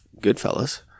Goodfellas